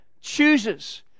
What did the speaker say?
chooses